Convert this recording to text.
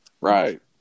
Right